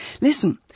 Listen